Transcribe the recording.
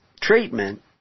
treatment